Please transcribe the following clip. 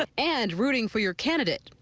the and rooting for your candidate.